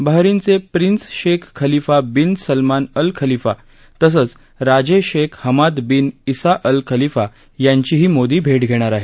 बहारीनचे prince Sheikh Khalifa bin Salman al Khalifa तसंच राजे Sheikh Hamad bin Isa al Khalifa यांचीही मोदी भेट घेणार आहेत